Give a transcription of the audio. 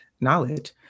knowledge